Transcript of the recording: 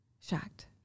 Shocked